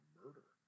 murder